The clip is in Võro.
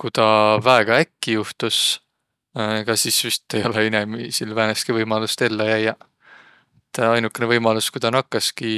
Ku taa väega äkki johtus ega sis vist ei olõq inemiisil väega määnestki võimalust ello jäiäq. Et ainukõnõ võimalus ku tä nakkaski